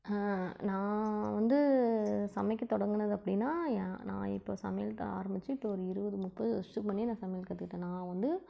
நான் வந்து சமைக்க தொடங்கினது அப்படின்னா ய நான் இப்போ சமையல் ஆரம்மிச்சு இப்போ ஒரு இருபது முப்பது வருஷத்து முன்னாடியே நான் சமையல் கற்றுக்கிட்டேன் நான் வந்து